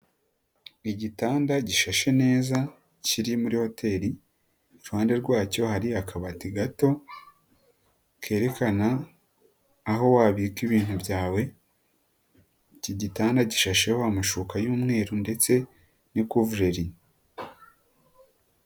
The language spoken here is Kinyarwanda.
Igitanda gishashe neza, kiri muri hoteri, iruhande rwacyo hari akabati gato, kerekana aho wabika ibintu byawe, iki kigitanda gishashe wa amashuka y'umweru ndetse n'ikuvureri.